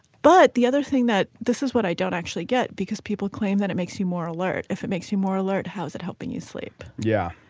but the other thing that this is what i don't actually get because people claim that it makes you more alert if it makes you more alert. how is it helping you sleep. yeah.